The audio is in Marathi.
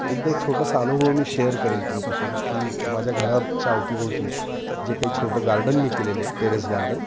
एकदा एक छोटासा अनुभव मी शेअर करेल तुमच्यासोबत की माझ्या घराच्या अवतीभोवती जे काही छोटं गार्डन मी केलेले टेरेस गार्डन